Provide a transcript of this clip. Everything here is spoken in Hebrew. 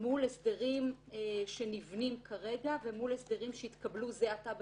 מול הסדרים שנבנים כרגע ומול הסדרים שהתקבלו זה עתה בחקיקה,